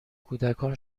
کودکان